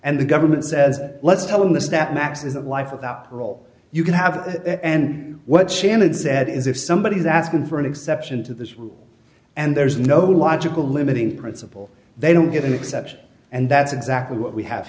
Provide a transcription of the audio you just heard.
and the government says let's tell him this that max is a life without parole you can have and what shannon said is if somebody is asking for an exception to this rule and there's no logical limiting principle they don't get an exception and that's exactly what we have